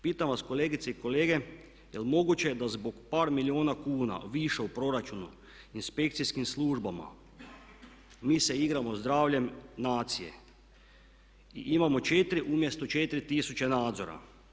Pitam vas kolegice i kolege, jel moguće da zbog par milijuna kuna više u proračunu inspekcijskim službama mi se igramo zdravljem nacije i imamo 4 umjesto 4 tisuće nadzora.